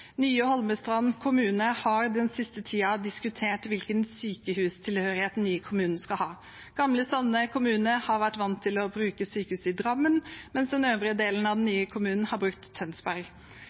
Nye Holmestrand kommune har den siste tiden diskutert hvilken sykehustilhørighet den nye kommunen skal ha. Gamle Sande kommune har vært vant til å bruke sykehuset i Drammen, mens den øvrige delen av den nye kommunen har brukt Tønsberg.